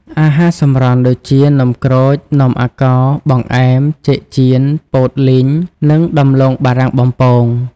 អាហារសម្រន់ ដូចជា នំក្រូច នំអាកោ បង្អែម ចេកចៀន ពោតលីង និងដំឡូងបារាំងបំពង។